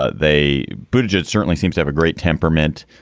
ah they. bridget certainly seem to have a great temperament,